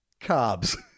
Carbs